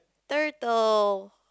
turtle